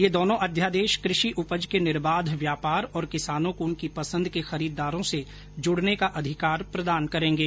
ये दोनो अध्यादेश कृषि उपज के निर्बाध व्यापार और किसानों को उनकी पंसद के खरीदारों से जुडने का अधिकार प्रदान करेंगे